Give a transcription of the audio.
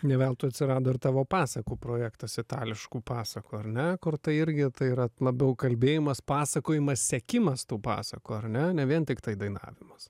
ne veltui atsirado ir tavo pasakų projektas itališkų pasakų ar ne kur tai irgi tai yra labiau kalbėjimas pasakojimas sekimas tų pasakų ar ne ne vien tiktai dainavimas